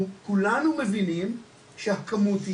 אנחנו כולנו מבינים שהכמות הזו,